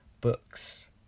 books